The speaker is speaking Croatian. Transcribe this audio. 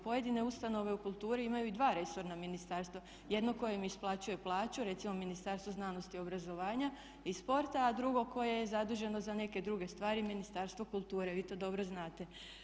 Pojedine ustanove u kulturi imaju i dva resorna ministarstva, jedno kojem isplaćuje plaću, recimo Ministarstvu znanosti i obrazovanja i sporta a drugo koje je zaduženo za neke druge stvari, Ministarstvo kulture, vi to dobro znate.